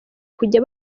kujya